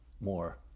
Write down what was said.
more